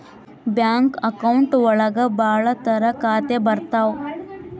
bank account ಒಳಗ ಭಾಳ ತರ ಖಾತೆ ಬರ್ತಾವ್